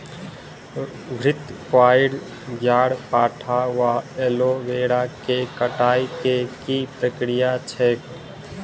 घृतक्वाइर, ग्यारपाठा वा एलोवेरा केँ कटाई केँ की प्रक्रिया छैक?